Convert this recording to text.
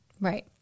Right